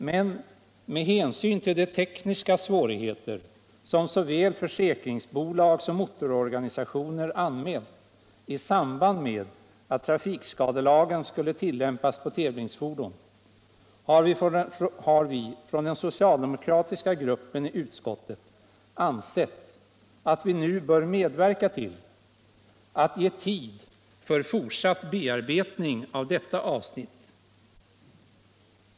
Men med hänsyn till de tekniska svårigheter som såväl försäkringsbolag som motororganisationer anmält i samband med att trafikskadelagen skulle tillämpas på tävlingsfordon har vi i den socialdemokratiska gruppen i utskottet ansett att vi nu bör medverka till att ge tid för fortsatt bearbetning av detta avsnitt.